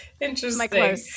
Interesting